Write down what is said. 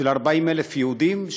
40,000 יהודים,